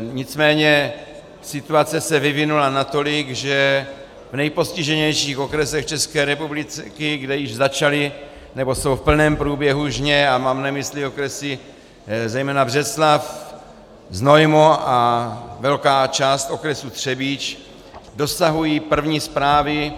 Nicméně situace se vyvinula natolik, že v nejpostiženějších okresech České republiky, kde již začaly nebo jsou v plném průběhu žně, a mám na mysli okresy zejména Břeclav, Znojmo a velká část okresu Třebíč, dosahují první zprávy